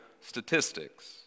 statistics